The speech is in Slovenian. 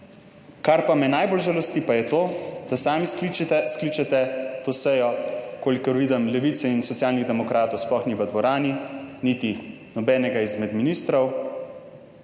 kar pa me najbolj žalosti, pa je to, da sami skličete to sejo, kolikor vidim Levice in Socialnih demokratov sploh ni v dvorani, niti nobenega izmed ministrov